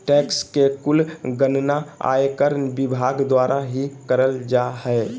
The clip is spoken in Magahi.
टैक्स के कुल गणना आयकर विभाग द्वारा ही करल जा हय